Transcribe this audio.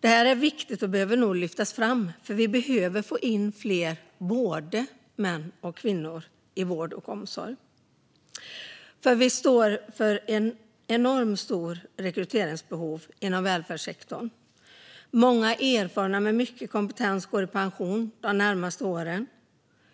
Detta är viktigt och behöver nog lyftas fram, för vi behöver få in både fler män och fler kvinnor i vård och omsorg. Vi står inför ett enormt rekryteringsbehov inom välfärdssektorn. Många erfarna med mycket kompetens går i pension de närmaste åren.